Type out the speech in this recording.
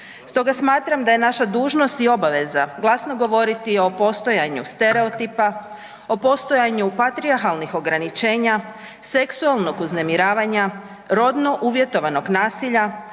Stoga smatram da je naše dužnost i obaveza glasno govoriti o postojanju stereotipa, o postojanju patrijarhalnih ograničenja, seksualnog uznemiravanja, rodno uvjetovanog nasilja,